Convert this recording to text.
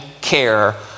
care